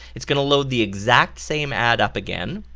it's going to load the exact same ad up again.